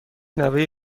نوه